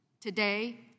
Today